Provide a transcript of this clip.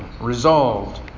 resolved